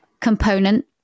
component